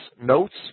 notes